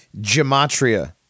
Gematria